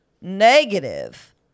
negative